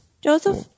Joseph